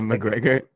McGregor